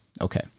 Okay